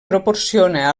proporciona